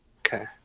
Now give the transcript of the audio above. okay